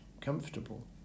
comfortable